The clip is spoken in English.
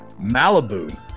Malibu